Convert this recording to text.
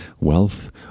wealth